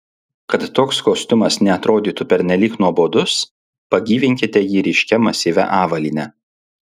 kad toks kostiumas neatrodytų pernelyg nuobodus pagyvinkite jį ryškia masyvia avalyne